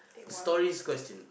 stories questions